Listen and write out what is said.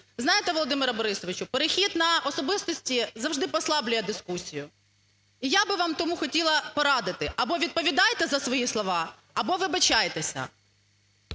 Знаєте, Володимире Борисовичу, перехід на особистості завжди послаблює дискусію. І я би вам тому хотіла порадити: або відповідайте за свої слова, або вибачайтеся.